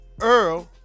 Earl